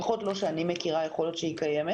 לפחות אני עוד לא מכירה, יכול להיות שהיא קיימת